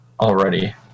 already